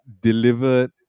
delivered